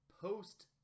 post